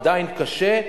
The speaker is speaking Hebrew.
עדיין יהיה קשה,